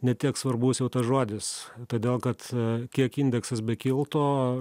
ne tiek svarbus jau tas žodis todėl kad kiek indeksas bekiltų